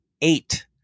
eight